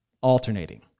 alternating